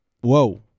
Whoa